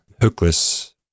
Hookless